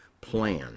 plan